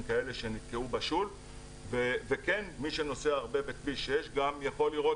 כאלה שנתקעו בשול וכן מי שנוסע הרבה בכביש 6 גם יכול לראות